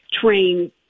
train